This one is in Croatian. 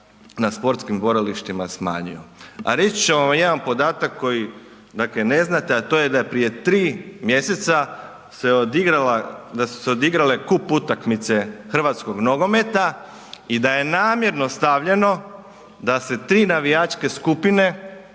na sportskim borilištima smanjio. A reći ću vam jedan podatak koji ne znate, a to je da je prije 3 mjeseca se odigrala da su se odigrale kup utakmice hrvatskog nogometa i da je namjerno stavljeno da se tri navijačke skupine